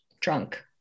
drunk